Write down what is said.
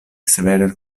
severe